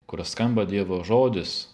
kur skamba dievo žodis